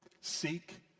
Seek